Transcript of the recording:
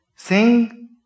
Sing